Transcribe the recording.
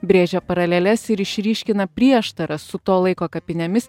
brėžia paraleles ir išryškina prieštaras su to laiko kapinėmis